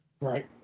right